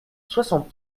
soixante